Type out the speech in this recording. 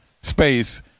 space